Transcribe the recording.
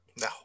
no